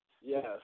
Yes